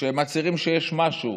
כשהם מצהירים שיש משהו